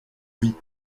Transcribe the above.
vie